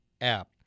app